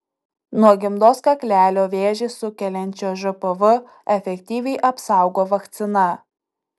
nuo gimdos kaklelio vėžį sukeliančio žpv efektyviai apsaugo vakcina